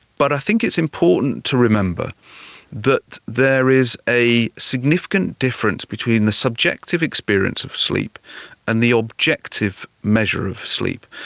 but i think it's important to remember that there is a significant difference between the subjective experience of sleep and the objective measure of sleep,